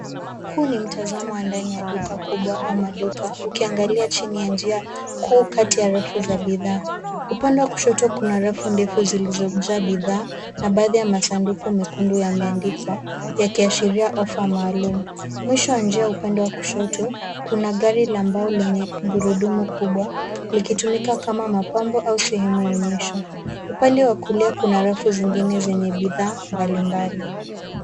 Huu ni mtazamo wa ndani ya duka kubwa au maduka ukiangalia chini ya njia kuu kati ya rafu za bidhaa. Upande wa kushoto kuna rafu ndefu zilizojaa bidhaa na baadhi ya masanduku mekundu yameandikwa yakiashiria ofa maalum. Mwisho wa njia upande wa kushoto kuna gari la mbao lenye gurudumu kubwa likitumika kama mapambo au sehemu ya onyesho. Upande wa kulia kuna rafu zingine zenye bidhaa mbalimbali.